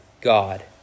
God